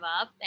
up